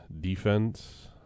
defense